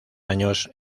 años